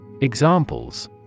Examples